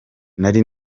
nari